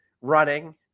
running